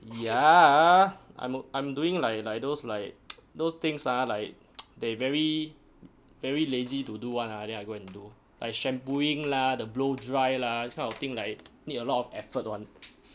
ya I'm I'm doing like like those like those things ah like they very very lazy to do [one] ah then I and go like shampooing lah the blow dry lah this kind of thing like need a lot of effort [one]